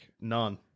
None